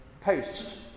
post